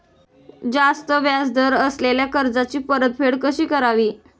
जास्त व्याज दर असलेल्या कर्जाची परतफेड कशी करावी?